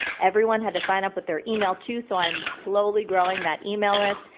everyone had to sign up with their email too. so i'm slowly growing that email list.